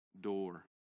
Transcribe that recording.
door